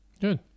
Good